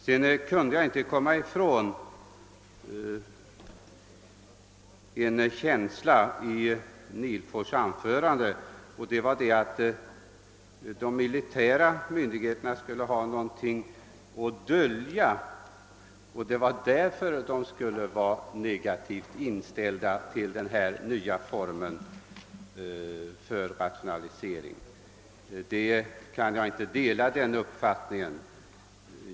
Jag kunde vidare inte undvika en känsla av obehag när jag åhörde herr Nihlfors” anförande, nämligen att han menade att de militära myndigheterna skulle ha något att dölja och därför skulle vara negativt inställda till den nya formen för rationaliseringsverksamheten. Denna uppfattning kan jag inte dela.